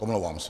Omlouvám se.